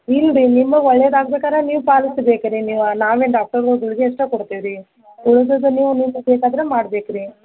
ಇಲ್ರಿ ನಿಮ್ಗ ಒಳ್ಳೆಯದು ಆಗ್ಬೇಕಾರ ನೀವು ಪಾಲಿಸ್ಬೇಕು ರೀ ನೀವು ನಾವು ಡಾಕ್ಟರ್ ಗುಳ್ಗೆ ಅಷ್ಟೆ ಕೊಡ್ತೀವಿ ರೀ ಉಳ್ದದನ್ನು ನೀವು ನೀವು ಬೇಕಾದರೆ ಮಾಡ್ಬೇಕು ರೀ